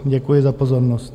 Děkuji za pozornost.